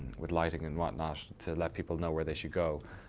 with lighting and whatnot, to let people know where they should go.